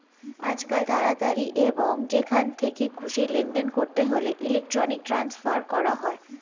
আজকাল তাড়াতাড়ি এবং যেখান থেকে খুশি লেনদেন করতে হলে ইলেক্ট্রনিক ট্রান্সফার করা হয়